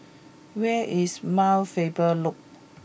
where is Mount Faber Loop